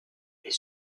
est